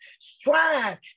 strive